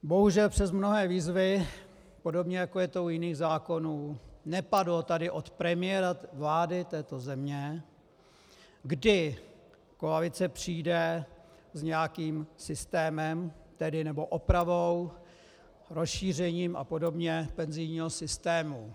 Bohužel přes mnohé výzvy, podobně jako je to i u jiných zákonů, nezaznělo tady od premiéra této země, kdy koalice přijde s nějakým systémem, nebo s opravou, rozšířením a podobně, penzijního systému.